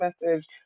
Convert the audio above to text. message